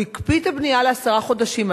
הוא הקפיא את הבנייה לעשרה חודשים,